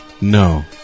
no